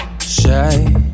shy